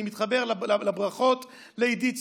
אני מתחבר לברכות לעידית סילמן,